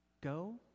Go